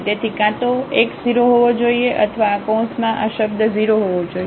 તેથી ક્યાં તો x 0 હોવો જોઈએ અથવા આ કૌંસમાં આ શબ્દ 0 હોવો જોઈએ